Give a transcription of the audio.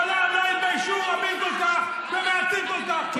לא התביישו רבים כל כך ומעטים כל כך,